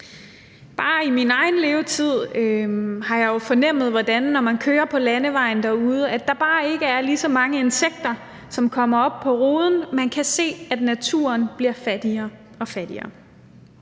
Bare i min egen levetid har jeg jo fornemmet, hvordan det er, når man kører på landevejen derude. Der er bare ikke lige så mange insekter, som kommer op på ruden. Man kan se, at naturen bliver fattigere og fattigere.